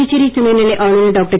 புதுச்சேரி துணைநிலை ஆளுநர் டாக்டர்